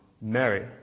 Mary